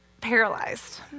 paralyzed